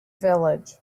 village